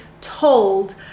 told